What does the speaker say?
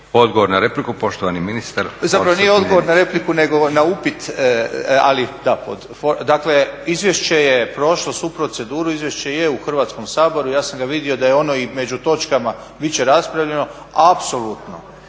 Orsat Miljenić. **Miljenić, Orsat** Zapravo nije odgovor na repliku nego na upit. Dakle izvješće je prošlo svu proceduru, izvješće je u Hrvatskom saboru, ja sam ga vidio da je ono i među točkama, bit će raspravljeno. Apsolutno,